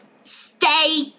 stay